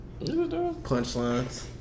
Punchlines